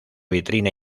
vitrina